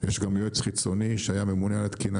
יש גם יועץ חיצוני שהיה הממונה על התקינה